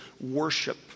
worship